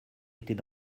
était